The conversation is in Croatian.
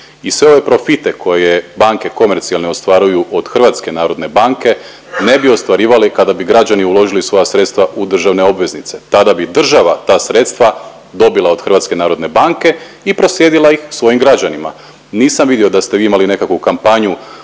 i sve ove profite koje banke komercijalne ostvaruju od HNB-a ne bi ostvarivali kada bi građani uložili svoja sredstva u državne obveznice. Tada bi država ta sredstva dobila od HNB-a i proslijedila ih svojim građanima. Nisam vidio da ste vi imali nekakvu kampanju